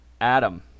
Adam